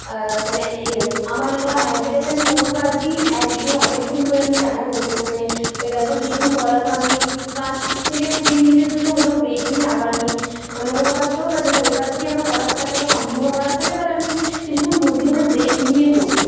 মানে আমার এটা হ্যাবিট আছে আমি কোনো কাজই একঘেয়ে অনেকক্ষণ ধরে আমি টানা করি না মানে ওই গাছটা কিছুক্ষণ করার পর আমি পাঁচ থেকে কুড়ি মিনিটের জন্য হলেও ব্রেক নিয়ে আবার আমি অন্য কোনো কাজ করবো বা যদি ওই কাজটি আমার করার থাকে বা সম্পূর্ণ করার থাকে তাহলে আমি কিছুক্ষণ মধ্যিখানে ব্রেক নিয়ে করবো